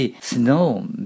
snow